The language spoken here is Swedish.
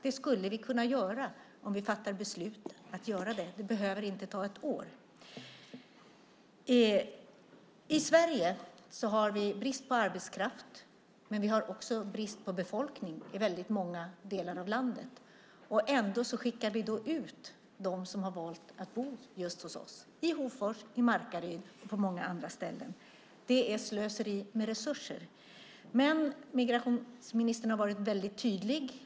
Det skulle vi kunna göra om vi fattade beslut om att göra det. Det behöver inte ta ett år. I Sverige har vi brist på arbetskraft, men också brist på befolkning i väldigt många delar av landet. Ändå skickar vi ut dem som har valt att bo just hos oss, i Hofors, i Markaryd och på många andra ställen. Det är slöseri med resurser. Men migrationsministern har varit tydlig.